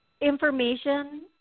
information